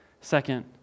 Second